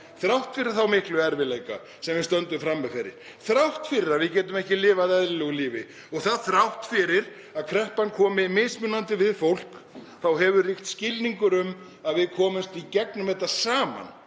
Þrátt fyrir þá miklu erfiðleika sem við stöndum frammi fyrir, þrátt fyrir að við getum ekki lifað eðlilegu lífi og þrátt fyrir að kreppan komi mismunandi við fólk hefur ríkt skilningur um að við komumst í gegnum þetta saman,